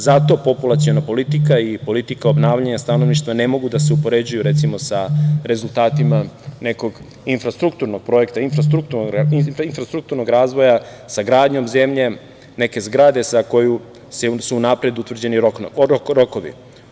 Zato populaciona politika i politika obnavljanja stanovništva ne mogu da se upoređuju, recimo, sa rezultatima nekog infrastrukturnog projekta, infrastrukturnog razvoja, sa gradnjom zemlje, neke zgrade za koju su unapred utvrđeni rokovi.